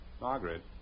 Margaret